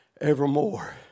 evermore